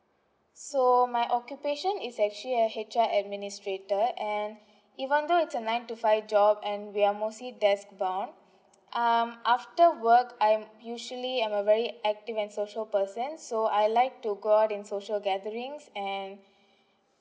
so my occupation is actually a H_R administrator and even though it's a nine to five job and we're mostly desk bound um after work I'm usually I'm a very active and social person so I like to go out in social gatherings and